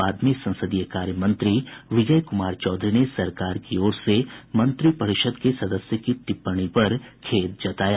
बाद में संसदीय कार्य मंत्री विजय कुमार चौधरी ने सरकार की ओर से मंत्रिपरषिद् के सदस्य की टिप्पणी पर खेद जताया